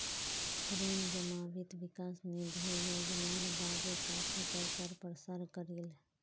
प्रेम जमा वित्त विकास निधि योजनार बारे काफी प्रचार प्रसार करील